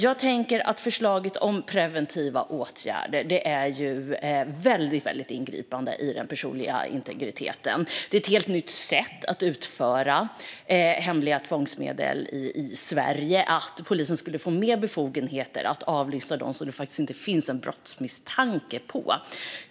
Jag tänker att förslaget om preventiva åtgärder är väldigt ingripande i den personliga integriteten. Det är ett helt nytt sätt att använda hemliga tvångsmedel i Sverige att ge polisen befogenhet att avlyssna dem som det faktiskt inte finns en brottsmisstanke om.